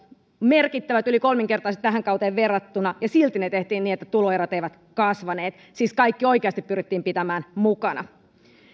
merkittävät yli kolminkertaiset tähän kauteen verrattuna ja silti ne tehtiin niin että tuloerot eivät kasvaneet siis kaikki oikeasti pyrittiin pitämään mukana